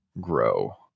grow